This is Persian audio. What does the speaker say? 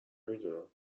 میدونم